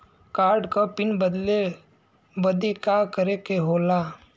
Card क PIN बदले बदी का करे के होला?